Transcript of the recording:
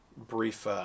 Brief